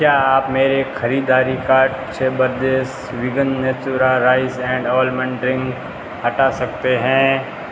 क्या आप मेरे ख़रीददारी कार्ट से Borges vegan Natura rice and almond drink हटा सकते हैं